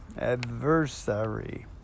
adversary